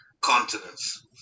continents